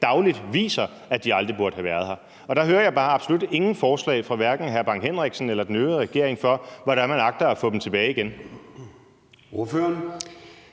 dagligt viser, at de aldrig burde have været her. Og der hører jeg bare absolut ingen forslag fra hverken hr. Preben Bang Henriksen eller den øvrige regering om, hvordan man agter at sende dem tilbage igen. Kl.